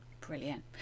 Brilliant